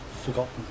forgotten